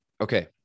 Okay